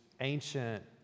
ancient